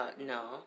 no